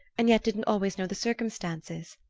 and yet didn't always know the circumstances.